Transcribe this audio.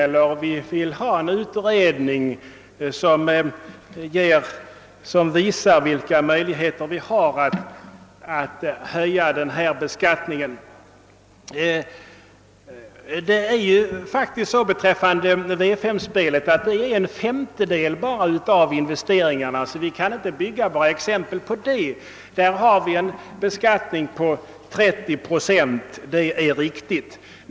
Vi vill alltså ha en utredning som visar vilka möjligheter det finns att höja beskattningen. V 9-spelet representerar bara en femtedel av insatserna, och vi kan alltså inte grunda våra exempel på det. Där är »beskattningen» 30 procent — det är riktigt.